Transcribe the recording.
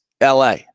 LA